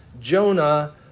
Jonah